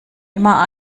immer